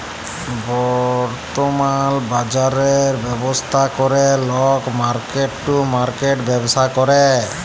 বর্তমাল বাজরের ব্যবস্থা ক্যরে লক মার্কেট টু মার্কেট ব্যবসা ক্যরে